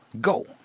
go